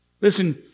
Listen